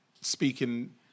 speaking